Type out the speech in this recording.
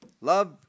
love